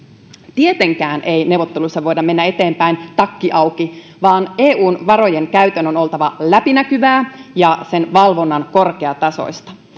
tietenkään ei neuvotteluissa voida mennä eteenpäin takki auki vaan eun varojen käytön on oltava läpinäkyvää ja sen valvonnan korkeatasoista